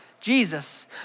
Jesus